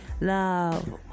Love